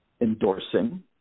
endorsing